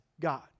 God